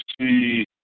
see